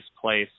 place